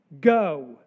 Go